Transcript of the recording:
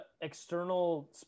external